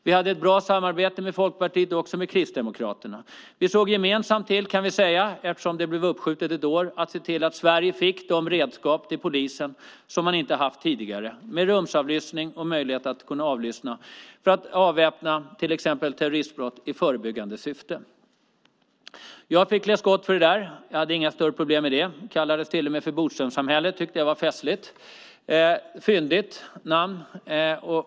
Vi hade ett bra samarbete med Folkpartiet och Kristdemokraterna. Vi såg gemensamt till, kan man säga eftersom det blev uppskjutet ett år, att Sverige fick de redskap till polisen som man inte haft tidigare, med rumsavlyssning och möjlighet att avlyssna för att i förebyggande syfte avvärja terroristbrott. Jag fick klä skott för det. Jag hade inga större problem med det. Det kallades till och med för Bodströmsamhället. Jag tyckte att det var festligt och ett fyndigt namn.